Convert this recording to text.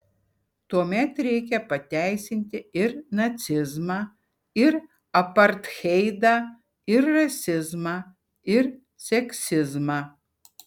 tuomet reikia pateisinti ir nacizmą ir apartheidą ir rasizmą ir seksizmą